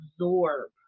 absorb